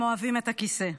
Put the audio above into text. הם אוהבים את הכיסא.